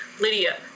lydia